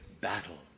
battle